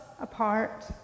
apart